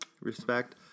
respect